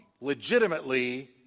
legitimately